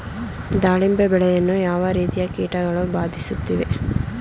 ದಾಳಿಂಬೆ ಬೆಳೆಯನ್ನು ಯಾವ ರೀತಿಯ ಕೀಟಗಳು ಬಾಧಿಸುತ್ತಿವೆ?